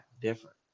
different